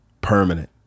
permanent